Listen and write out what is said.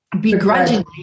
begrudgingly